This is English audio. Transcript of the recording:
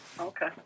Okay